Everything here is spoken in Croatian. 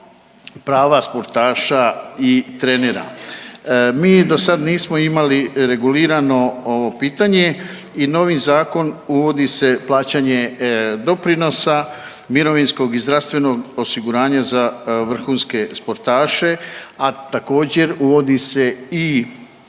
prava sportaša i trenera. Mi do sad nismo imali regulirano ovo pitanje i novim zakonom uvodi se plaćanje doprinosa mirovinskog i zdravstvenog osiguranja za vrhunske sportaša, a također uvodi se i